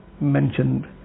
mentioned